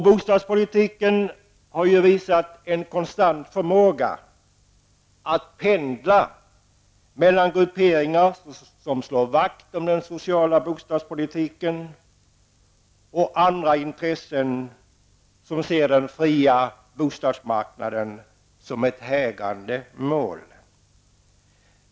Bostadspolitiken har visat en konstant förmåga att pendla mellan grupperingar som slår vakt om den sociala bostadspolitiken och andra intressen som ser den fria bostadsmarknaden som ett hägrande mål.